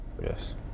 Yes